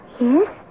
Yes